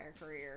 career